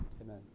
amen